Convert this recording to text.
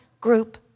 group